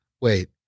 Wait